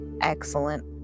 Excellent